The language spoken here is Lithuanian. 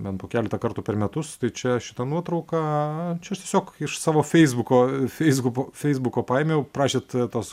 bent po keletą kartų per metus tai čia šita nuotrauka čia aš tiesiog iš savo feisbuko feisgupo feisbuko paėmiau prašėt tos